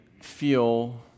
feel